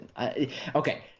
okay